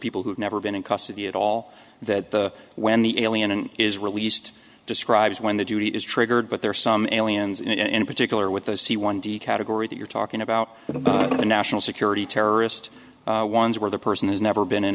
people who've never been in custody at all that when the alien is released describes when the duty is triggered but there are some aliens in particular with the c one d category that you're talking about the national security terrorist ones where the person has never been in